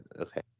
okay